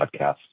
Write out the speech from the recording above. podcast